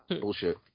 Bullshit